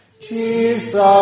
Jesus